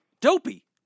dopey